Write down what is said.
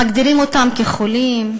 מגדירים אותם כחולים,